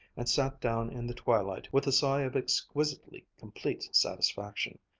and sat down in the twilight with a sigh of exquisitely complete satisfaction,